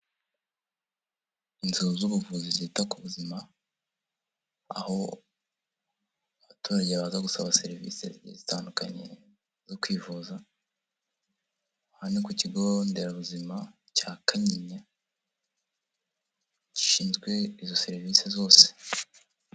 Inzu z'ubuvuzi zita ku buzima, aho abaturage baza gusaba serivisi zitandukanye zo kwivuza, aha ni ku kigo nderabuzima cya Kanyinya, gishinzwe izo serivisi zose.